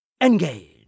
Engage